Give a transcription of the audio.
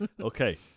Okay